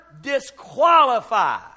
disqualify